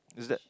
is that